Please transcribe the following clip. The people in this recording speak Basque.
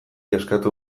eskatu